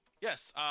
Yes